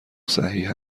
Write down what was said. صحیح